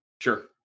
Sure